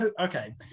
Okay